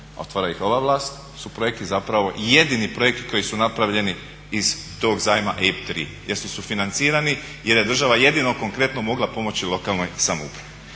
otvara ih ova vlast su projekti zapravo i jedini projekti koji su napravljeni iz tog zajma EIB 3 jer su sufinancirani, jer je država jedino konkretno mogla pomoći lokalnoj samoupravi.